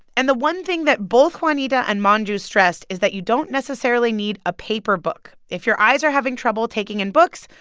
and the one thing that both juanita and manju stressed is that you don't necessarily need a paper book. if your eyes are having trouble taking in books,